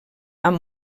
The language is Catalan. amb